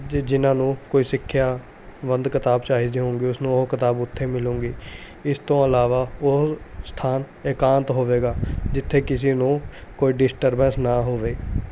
ਅਤੇ ਜਿਨਾਂ ਨੂੰ ਕੋਈ ਸਿੱਖਿਆ ਬੰਦ ਕਿਤਾਬ ਚਾਹੀਦੀ ਹੋਊਂਗੀ ਉਸਨੂੰ ਉਹ ਕਿਤਾਬ ਉੱਥੇ ਮਿਲੂਂਗੀ ਇਸ ਤੋਂ ਇਲਾਵਾ ਉਹ ਸਥਾਨ ਇਕਾਂਤ ਹੋਵੇਗਾ ਜਿੱਥੇ ਕਿਸੀ ਨੂੰ ਕੋਈ ਡਿਸਟਰਬੈਂਸ ਨਾ ਹੋਵੇ